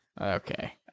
Okay